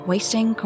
Wasting